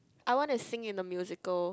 I wanna sing in a musical